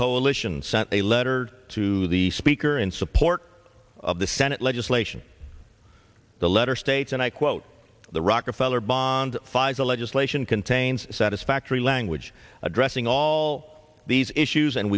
coalition sent a letter to the speaker in support of the senate legislation the letter states and i quote the rockefeller bond five the legislation contains satisfactory language addressing all these issues and